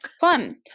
Fun